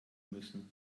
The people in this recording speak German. müssen